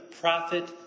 prophet